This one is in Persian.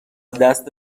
دست